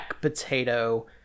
potato